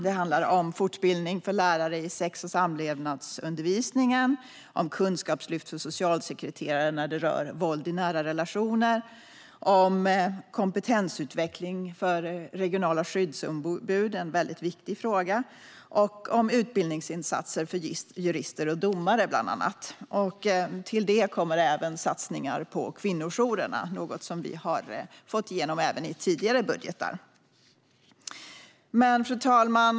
Det handlar om fortbildning för lärare i sex och samlevnadsundervisningen, om kunskapslyft för socialsekreterare när det rör våld i nära relationer, om kompetensutveckling för regionala skyddsombud - en mycket viktig fråga - och om utbildningsinsatser för bland andra jurister och domare. Till det kommer även satsningar på kvinnojourerna, vilket är något som vi har fått igenom även i tidigare budgetar. Fru talman!